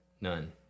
None